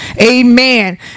Amen